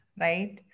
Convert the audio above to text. right